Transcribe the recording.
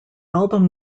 album